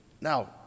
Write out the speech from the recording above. Now